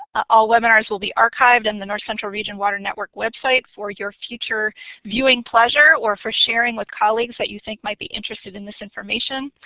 all webinars will be archived on and the north central region water network website for your future viewing pleasure or for sharing with colleagues that you think might be interested in this information.